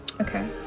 Okay